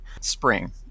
spring